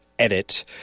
edit